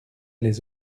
les